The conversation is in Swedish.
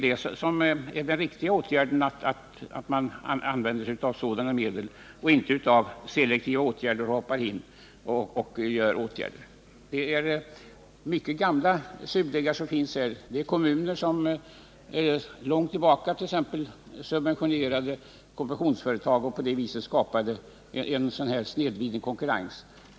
Det är också riktigt att man använder sig av sådana medel och inte av selektiva åtgärder. Det finns många gamla surdegar här. Det gäller kommuner som långt tillbaka t.ex. subventionerade konfektionsföretag och på det viset skapade en snedvriden konkurrens.